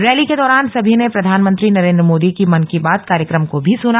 rally के दौरान समी ने प्रधानमंत्री नरेंद्र मोदी की मन की बात कार्यक्रम को भी सुना